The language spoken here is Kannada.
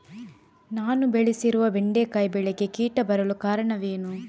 ನಾನು ಬೆಳೆಸಿರುವ ಬೆಂಡೆಕಾಯಿ ಬೆಳೆಗೆ ಕೀಟ ಬರಲು ಕಾರಣವೇನು?